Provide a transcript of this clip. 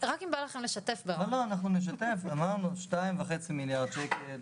2 מיליארד וחצי שקל.